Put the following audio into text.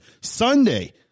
Sunday